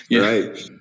Right